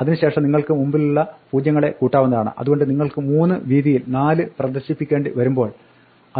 അതിന് ശേഷം നിങ്ങൾക്ക് മുമ്പിലുള്ള പൂജ്യങ്ങളെ കൂട്ടാവുന്നതാണ് അതുകൊണ്ട് നിങ്ങൾക്ക് 3 വീതിയിൽ 4 പ്രദർശിപ്പിക്കേണ്ടി വരുമ്പോൾ